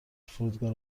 فرودگاه